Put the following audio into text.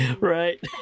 Right